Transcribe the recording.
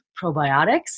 probiotics